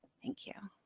thank you.